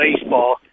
baseball